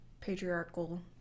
patriarchal